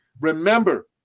Remember